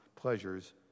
pleasures